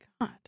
God